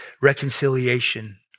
reconciliation